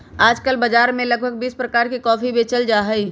आजकल बाजार में लगभग बीस प्रकार के कॉफी बेचल जाहई